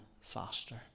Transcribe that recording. faster